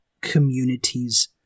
communities